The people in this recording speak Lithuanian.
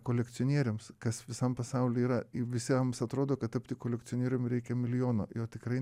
kolekcionieriams kas visam pasauly yra visiems atrodo kad tapti kolekcionierium reikia milijono jo tikrai